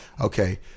Okay